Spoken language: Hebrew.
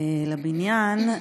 לבניין,